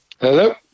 Hello